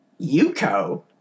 Yuko